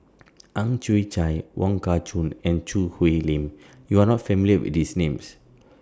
Ang Chwee Chai Wong Kah Chun and Choo Hwee Lim YOU Are not familiar with These Names